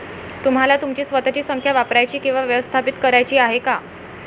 तुम्हाला तुमची स्वतःची संख्या वापरायची किंवा व्यवस्थापित करायची आहे का?